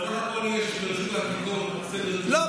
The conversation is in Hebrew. סך הכול, יש ברשות העתיקות סדר גודל, לא.